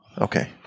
okay